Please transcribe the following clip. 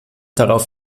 darauf